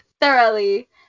thoroughly